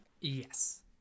Yes